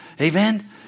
Amen